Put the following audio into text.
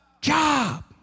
job